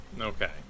Okay